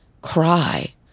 cry